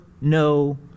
no